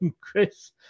Chris